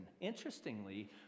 Interestingly